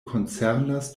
koncernas